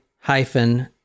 hyphen